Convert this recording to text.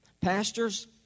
Pastors